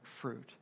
fruit